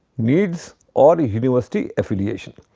needs, or university affiliation.